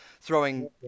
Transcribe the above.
throwing